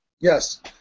Yes